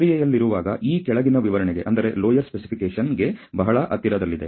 ಪ್ರಕ್ರಿಯೆಯಲ್ಲಿರುವಾಗ E ಕೆಳಗಿನ ವಿವರಣೆಗೆ ಬಹಳ ಹತ್ತಿರದಲ್ಲಿದೆ